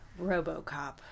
RoboCop